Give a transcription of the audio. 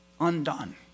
Undone